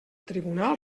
tribunal